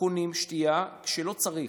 קונים משקאות כשלא צריך.